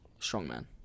strongman